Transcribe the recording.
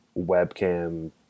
webcam